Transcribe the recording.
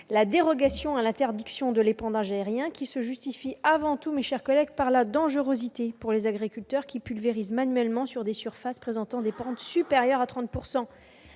dérogation à l'interdiction de l'épandage aérien, qui se justifie avant tout, mes chers collègues, par la dangerosité pour les agriculteurs qui pulvérisent manuellement sur des surfaces présentant des pentes supérieures à 30 %.